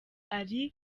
ally